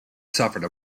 suffered